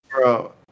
Bro